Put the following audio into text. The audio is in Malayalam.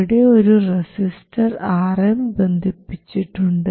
ഇവിടെ ഒരു റെസിസ്റ്റർ Rm ബന്ധിപ്പിച്ചിട്ടുണ്ട്